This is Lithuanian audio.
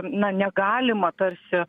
na negalima tarsi